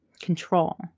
control